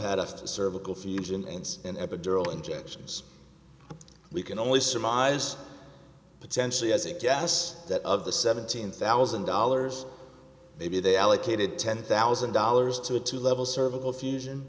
left cervical fusion and an epidural injections we can only surmise potentially as a guess that of the seventeen thousand dollars maybe they allocated ten thousand dollars to a two level cervical fusion